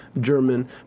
German